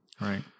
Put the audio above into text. Right